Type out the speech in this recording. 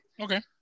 Okay